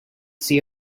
see